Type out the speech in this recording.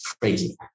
crazy